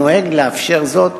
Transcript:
נוהג לאפשר זאת,